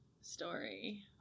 story